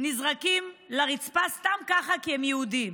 נזרקים לרצפה סתם ככה כי הם יהודים.